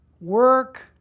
work